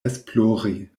esplori